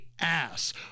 ass